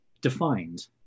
defined